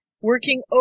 Working